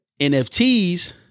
NFTs